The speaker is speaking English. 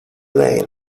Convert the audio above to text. lane